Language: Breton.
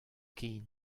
ken